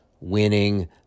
winning